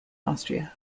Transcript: austria